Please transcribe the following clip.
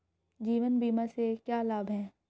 जीवन बीमा से क्या लाभ हैं?